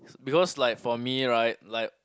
because like for me right like